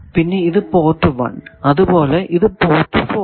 പിന്നെ ഇത് പോർട്ട് 1 അതുപോലെ ഇത് പോർട്ട് 4